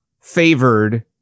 favored